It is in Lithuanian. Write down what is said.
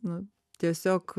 nu tiesiog